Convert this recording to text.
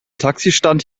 taxistand